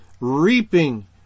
reaping